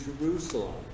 Jerusalem